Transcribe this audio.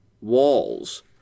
walls